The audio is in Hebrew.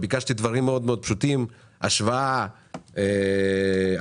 ביקשתי דברים פשוטים מאוד: השוואה לפי אחוזים